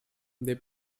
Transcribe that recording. they